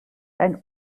ein